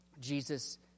Jesus